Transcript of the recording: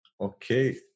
Okay